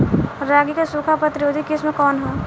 रागी क सूखा प्रतिरोधी किस्म कौन ह?